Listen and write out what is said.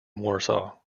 warsaw